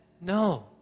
No